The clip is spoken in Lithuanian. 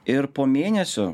ir po mėnesio